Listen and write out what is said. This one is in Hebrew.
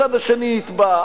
הצד השני יתבע,